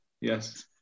Yes